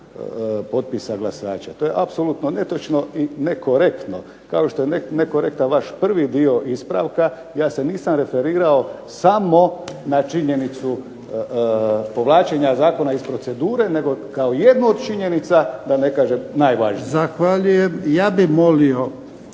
potpisa glasača. To je apsolutno netočno i nekorektno. Kao što je nekorektan vaš prvi dio ispravka. Ja se nisam referirao samo na činjenicu povlačenja zakona iz procedure nego kao jednu od činjenica da ne kažem najvažnije. **Jarnjak, Ivan